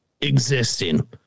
existing